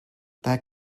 that